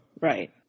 Right